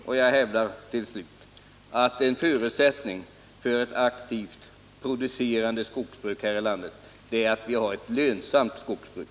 Och jag hävdar allra sist att en förutsättning för ett aktivt producerande skogsbruk här i landet är att vi har ett lönsamt skogsbruk.